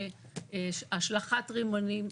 והשלכת רימונים,